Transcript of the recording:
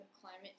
climate